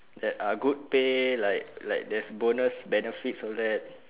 that are good pay like like there's bonus benefits all that